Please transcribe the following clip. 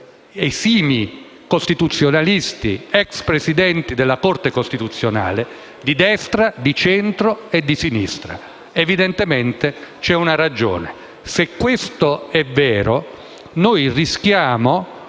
esimi costituzionalisti, ex presidenti della Corte Costituzionale di destra, di centro e di sinistra. Evidentemente c'è una ragione. Se questo è vero noi rischiamo